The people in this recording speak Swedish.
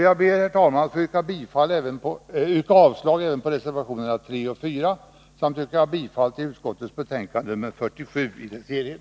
Jag ber, herr talman, att få yrka avslag även på reservationerna 3 och 4 samt bifall till utskottets hemställan i betänkande nr 47 i dess helhet.